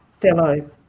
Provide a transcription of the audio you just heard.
fellow